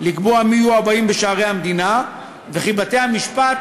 לקבוע מי יהיו הבאים בשערי המדינה וכי בתי-המשפט